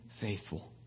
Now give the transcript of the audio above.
faithful